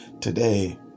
today